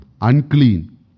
unclean